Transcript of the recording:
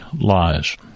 lies